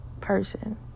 person